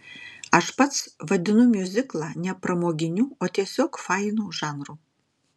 aš pats vadinu miuziklą ne pramoginiu o tiesiog fainu žanru